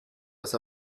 das